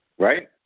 Right